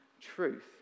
truth